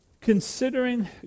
Considering